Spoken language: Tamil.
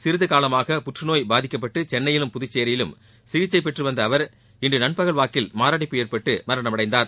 சிறிது காலமாக புற்றுநோய் பாதிக்கப்பட்டு சென்னையிலும் புதுச்சேரியிலும் சிகிச்சை பெற்றுவந்த அவர் இன்று நண்பகல் வாக்கில் மாரடைப்பு ஏற்பட்டு மரணமடைந்தார்